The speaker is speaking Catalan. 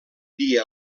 dia